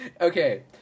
Okay